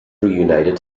reunited